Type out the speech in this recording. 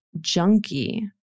junkie